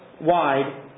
wide